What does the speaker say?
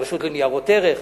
הרשות לניירות ערך.